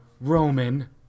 Roman